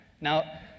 Now